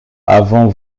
avant